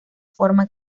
forma